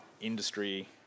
industry